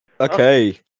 Okay